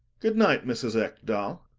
good night, mrs. ekdal.